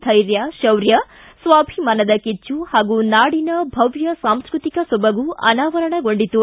ಧೈರ್ಯ ಶೌರ್ಯ ಸ್ವಾಭಿಮಾನದ ಕಿಚ್ಚು ಹಾಗೂ ನಾಡಿನ ಭವ್ದ ಸಾಂಸ್ಟೃತಿಕ ಸೊಬಗು ಅನಾವರಣಗೊಂಡಿತು